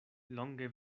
longe